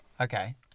Okay